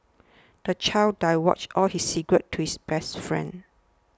the child divulged all his secrets to his best friend